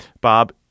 Bob